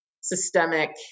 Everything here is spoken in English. systemic